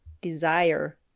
desire